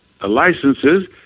licenses